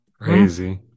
Crazy